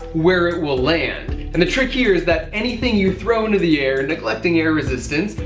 where it will land. and the trick here is that anything you throw into the air neglecting air resistance,